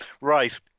Right